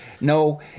no